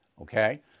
Okay